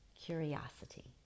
curiosity